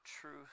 truth